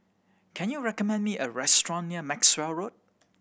can you recommend me a restaurant near Maxwell Road